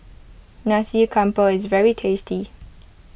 Nasi Campur is very tasty